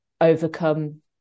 overcome